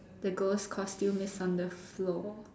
the ghost costume is on the floor